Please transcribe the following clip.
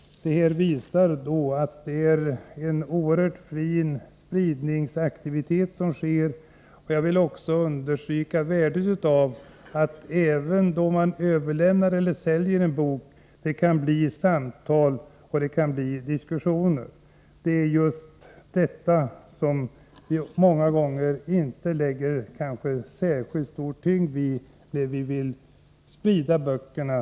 Detta visar att en mycket fin spridningsaktivitet förekommer. Jag vill också understryka värdet av att det, då man överlämnar eller säljer en bok, kan bli samtal och diskussioner. Detta lägger vi många gånger kanske inte särskilt stor tyngd vid, då vi vill sprida böckerna.